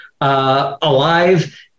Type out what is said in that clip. alive